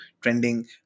trending